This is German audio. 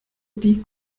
die